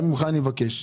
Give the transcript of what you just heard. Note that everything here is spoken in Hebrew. גם ממך אני מבקש,